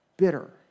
Bitter